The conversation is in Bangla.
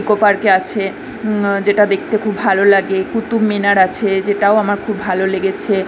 ইকো পার্কে আছে যেটা দেখতে খুব ভালো লাগে কুতুব মিনার আছে যেটাও আমার খুব ভালো লেগেছে